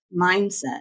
mindset